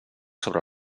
sobre